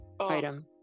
item